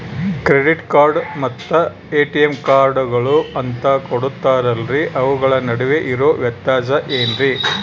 Credit card ಮತ್ತ ATM ಕಾರ್ಡುಗಳು ಅಂತಾ ಕೊಡುತ್ತಾರಲ್ರಿ ಅವುಗಳ ನಡುವೆ ಇರೋ ವ್ಯತ್ಯಾಸ ಏನ್ರಿ?